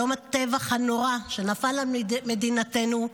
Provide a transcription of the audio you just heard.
יום הטבח הנורא שנפל על מדינתנו,